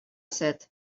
said